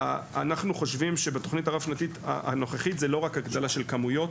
אנחנו חושבים שבתוכנית הרב-שנתית הנוכחית זו לא רק הגדלה של כמויות,